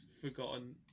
forgotten